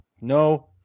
No